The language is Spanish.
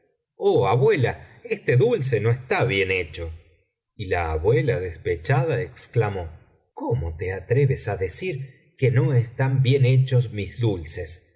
abuela este dulce no está bien hecho y la abuela despechada exclamó cómo te atreves á decir que no están bien hechos mis dulces